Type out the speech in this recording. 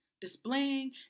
Displaying